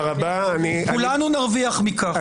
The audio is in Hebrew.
כולנו נרוויח מכך,